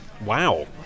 Wow